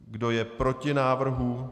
Kdo je proti návrhu?